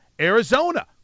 Arizona